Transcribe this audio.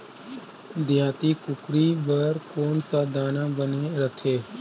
देहाती कुकरी बर कौन सा दाना बने रथे?